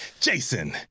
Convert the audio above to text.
Jason